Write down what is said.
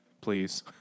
please